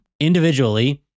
individually